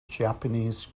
japanese